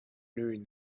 noon